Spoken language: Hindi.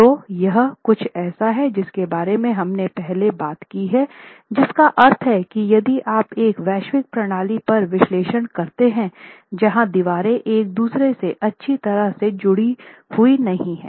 तो यह कुछ ऐसा है जिसके बारे में हमने पहले बात की है जिसका अर्थ है कि यदि आप एक वैश्विक प्रणाली पर विश्लेषण करते हैं जहां दीवारें एक दूसरे से अच्छी तरह से जुड़ी हुई नहीं हैं